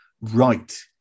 right